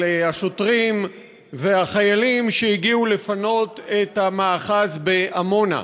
על השוטרים והחיילים שהגיעו לפנות את המאחז בעמונה.